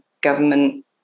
government